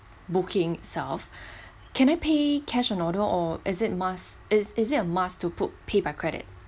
booking itself can I pay cash on our door or is it must is is it a must to put pay by credit